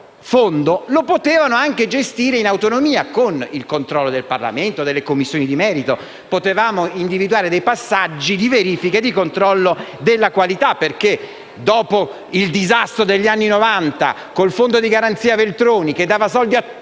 6 Ottobre 2016 gestire in autonomia con il controllo del Parlamento, delle Commissioni di merito. Potevamo individuare dei passaggi di verifica e di controllo della qualità, perché dopo il disastro degli anni Novanta con il fondo di garanzia di Veltroni che dava soldi a